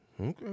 Okay